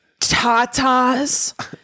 tatas